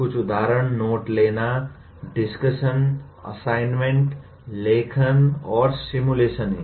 कुछ उदाहरण नोट लेना डिस्कशन असाइनमेंट लेखन और सिमुलेशन हैं